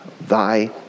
thy